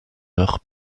leurs